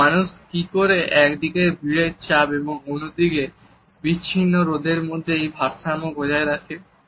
তো মানুষ কি করে একদিকে ভিড়ের চাপ এবং অন্যদিকে বিচ্ছিন্ন বোধের মধ্যে এই ভারসাম্য বজায় রাখে